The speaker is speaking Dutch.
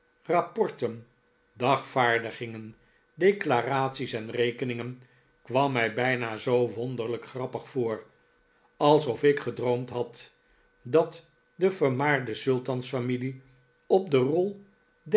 rapporten dagvaardingen declaraties en rekeningen kwam mij bijna zoo wonderlijk grappig voor alsof ik gedroomd had dat de vermaarde sultans familie op de rol